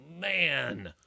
man